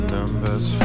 Numbers